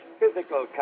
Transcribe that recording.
physical